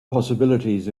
possibilities